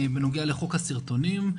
בנוגע לחוק הסרטונים.